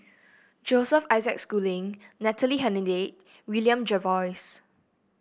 Joseph Isaac Schooling Natalie Hennedige William Jervois